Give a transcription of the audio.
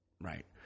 Right